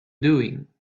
doing